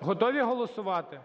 Готові голосувати?